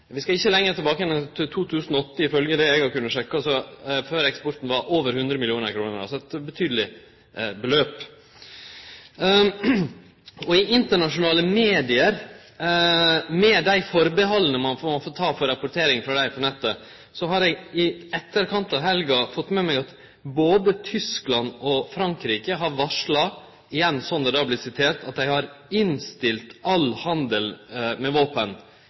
vi skal ikkje lenger tilbake enn til 2008, ifølgje det eg har kunna sjekke, før eksporten var på over 100 mill. kr. – altså eit betydeleg beløp. Og ifølgje internasjonale media – med dei atterhalda ein må ta for rapportering på nettet – har eg i etterkant av helga fått med meg at både Tyskland og Frankrike har varsla at dei har innstilt all handel med våpen